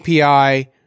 API